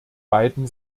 beiden